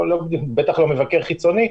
לא כמבקר חיצוני,